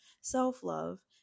self-love